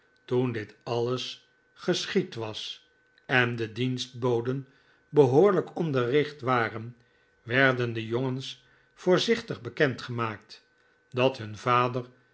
toen dit alles geschied was en de dienstboden behoorlijk onderricht waren werden de jongens voorzichtig bekend gemaakt dat hun vader